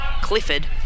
Clifford